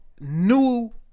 new